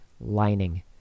lining